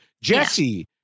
jesse